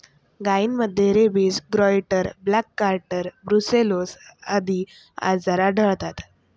गायींमध्ये rabies, goitre, black quarter, brucellosis आदी आजार आढळतात